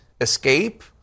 escape